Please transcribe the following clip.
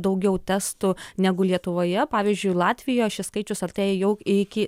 daugiau testų negu lietuvoje pavyzdžiui latvijoj šis skaičius artėja jau iki